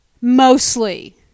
mostly